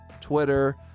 Twitter